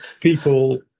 people